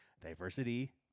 Diversity